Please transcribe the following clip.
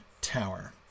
Tower